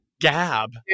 Gab